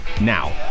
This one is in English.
now